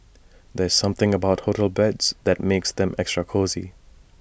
there's something about hotel beds that makes them extra cosy